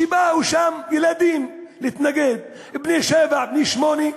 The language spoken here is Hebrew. כשבאו שם ילדים להתנגד, בני שבע, בני שמונה,